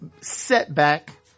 setback